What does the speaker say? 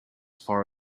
far